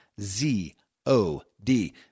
Z-O-D